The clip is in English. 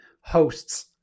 hosts